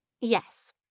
Yes